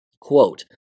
Quote